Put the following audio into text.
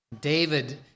David